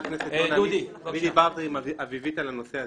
אני גם דיברתי עם אביבית על הנושא הזה.